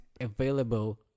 available